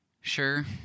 Sure